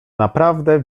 naprawdę